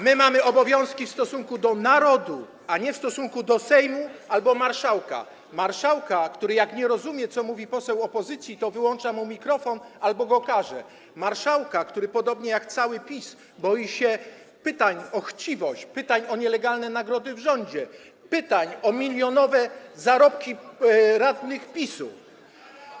Mamy obowiązki w stosunku do narodu, a nie w stosunku do Sejmu albo marszałka - marszałka, który jak nie rozumie, co mówi poseł opozycji, to wyłącza mu mikrofon albo go karze, marszałka, który podobnie jak cały PiS boi się pytań o chciwość, pytań o nielegalne nagrody w rządzie, pytań o milionowe zarobki radnych PiS-u.